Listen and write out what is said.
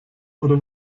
oder